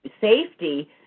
safety